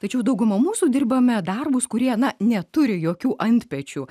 tačiau dauguma mūsų dirbame darbus kurie ana neturi jokių antpečių